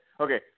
Okay